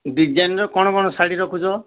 ଡିଜାଇନର କ'ଣ କ'ଣ ଶାଢ଼ୀ ରଖୁଛ